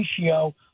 ratio